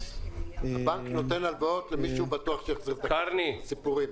הבנק נותן הלוואות למי שהוא בטוח שיחזיר, סיפורים.